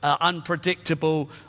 unpredictable